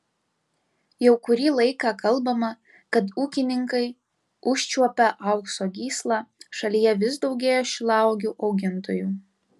jau kurį laiką kalbama kad ūkininkai užčiuopę aukso gyslą šalyje vis daugėja šilauogių augintojų